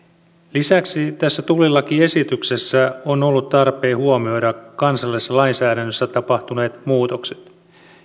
lisäksi tässä tullilakiesityksessä on ollut tarpeen huomioida kansallisessa lainsäädännössä tapahtuneet muutokset